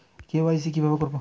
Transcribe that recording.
KYC কিভাবে করব?